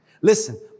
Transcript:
Listen